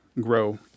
Grow